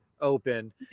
Open